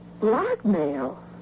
blackmail